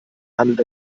handelt